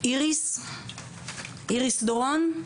איריס דורון,